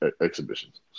exhibitions